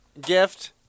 gift